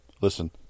listen